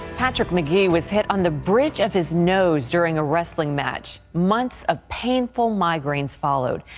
patrick mcgee was hit on the bridge of his nose during a wrestling match. months of painful migraines followed.